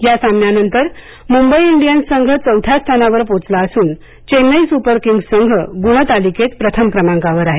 या सामन्या नंतर मुंबई इंडियन्स संघ चौथ्या स्थानावर पोचला असून चेन्नई सुपर किंग्स संघ गुण तालिकेत प्रथम क्रमांकावर आहे